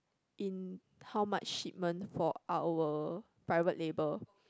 in how much shipment for our private label